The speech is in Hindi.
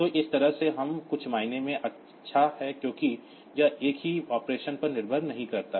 तो इस तरह से यह कुछ मायने में अच्छा है क्योंकि यह एक ही ऑपरेशन पर निर्भर नहीं करता है